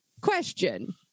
question